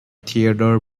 theodore